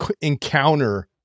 encounter